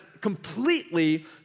completely